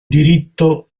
diritto